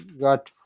got